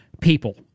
people